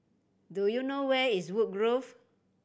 do you know where is Woodgrove